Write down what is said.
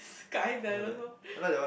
guy dinosaur